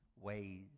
ways